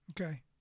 Okay